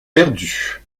perdu